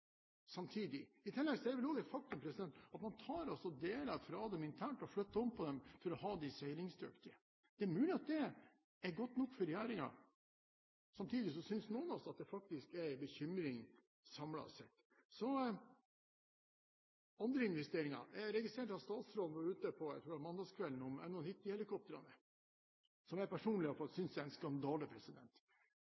I tillegg er det vel også et faktum at man tar deler fra dem internt og flytter om på dem for å ha dem seilingsdyktige. Det er mulig at det er godt nok for regjeringen. Samtidig synes noen av oss at det faktisk er en bekymring, samlet sett. Så til andre investeringer. Jeg registrerte at statsråden på mandagskvelden var ute med 91-politihelikoptrene – som i alle fall jeg personlig synes er en skandale. Norge inngikk en kontrakt – hvis jeg